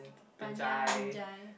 Banyan Binjai